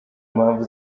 impamvu